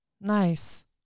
Nice